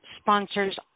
Sponsors